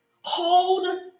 hold